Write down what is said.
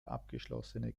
abgeschlossene